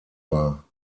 war